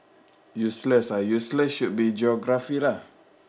useless ah useless should be geography lah